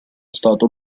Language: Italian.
stato